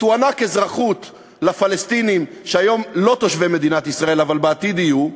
תוענק אזרחות לפלסטינים שהיום הם לא תושבי מדינת ישראל ובעתיד יהיו.